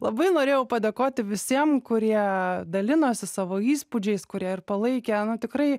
labai norėjau padėkoti visiem kurie dalinosi savo įspūdžiais kurie ir palaikė nu tikrai